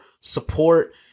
support